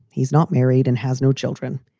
he's not married and has no children.